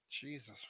Jesus